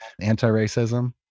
anti-racism